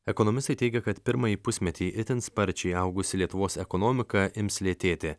ekonomistai teigia kad pirmąjį pusmetį itin sparčiai augusi lietuvos ekonomika ims lėtėti